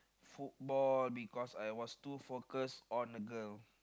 football because I was too focussed on a girl